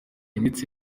imitsi